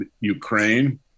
Ukraine